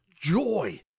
joy